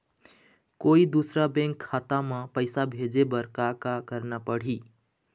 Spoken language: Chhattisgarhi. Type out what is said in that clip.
कोई दूसर बैंक खाता म पैसा भेजे बर का का करना पड़ही?